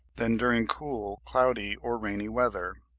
than during cool, cloudy, or rainy weather.